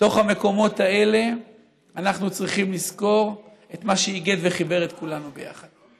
בתוך המקומות האלה אנחנו צריכים לזכור את מה שאיגד וחיבר את כולנו ביחד.